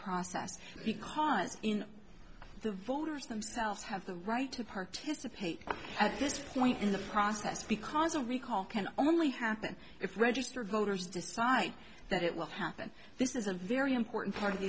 process because in the voters themselves have the right to participate at this point in the process because a recall can only happen if register voters decide that it will happen this is a very important part of the